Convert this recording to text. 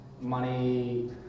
money